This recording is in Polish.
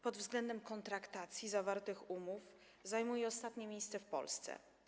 Pod względem kontraktacji zawartych umów zajmuje ostatnie miejsce w Polsce.